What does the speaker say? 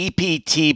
EPT